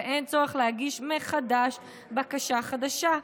ואין צורך להגיש מחדש בקשה חדשה.